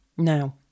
Now